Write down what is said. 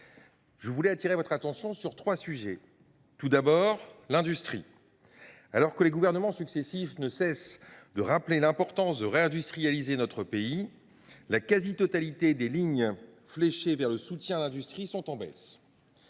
Je souhaite appeler votre attention sur trois sujets, en premier lieu sur l’industrie. Alors que les gouvernements successifs ne cessent de rappeler l’importance de réindustrialiser notre pays, la quasi totalité des lignes fléchées vers le soutien à l’industrie sont en baisse.